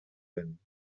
vent